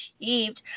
achieved